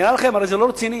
נראה לכם, הרי זה לא רציני.